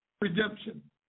redemption